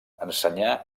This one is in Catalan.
ensenyà